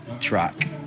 track